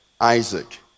Isaac